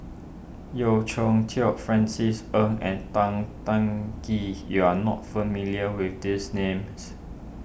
Yeo Cheow Tong Francis Ng and Tan Teng Kee you are not familiar with these names